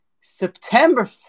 September